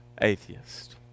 atheist